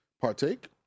partake